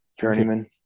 Journeyman